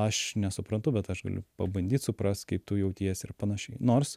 aš nesuprantu bet aš galiu pabandyt suprast kaip tu jautiesi ir panašiai nors